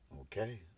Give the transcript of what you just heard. Okay